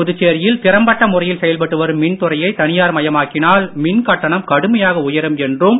புதுச்சேரியில் திறம்பட்ட முறையில் செயல்பட்டு வரும் மின்துறையை தனியார் மயமாக்கினால் மின்கட்டணம் கடுமையாக உயரும் என்றும்